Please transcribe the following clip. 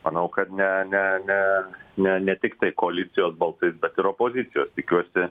manau kad ne ne ne ne ne tiktai koalicijos balsais bet ir opozicijos tikiuosi